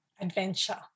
Adventure